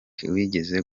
wigeze